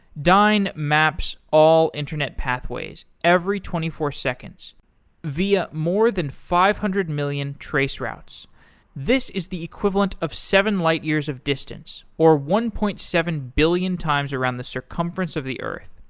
dyn maps all internet pathways every twenty four seconds via more than five hundred million traceroutes. this is the equivalent of seven light years of distance, or one point seven billion times around the circumference of the earth.